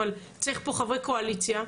אבל צריך פה חברי קואליציה,